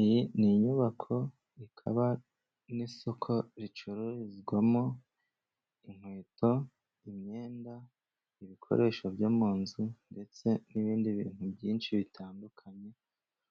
Iyi ni inyubako ikaba n'isoko ricururizwamo inkweto, imyenda, ibikoresho byo mu nzu, ndetse n'ibindi bintu byinshi bitandukanye.